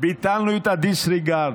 ביטלנו את הדיסרגרד.